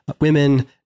women